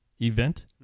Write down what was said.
Event